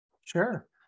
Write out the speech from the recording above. Sure